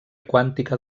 quàntica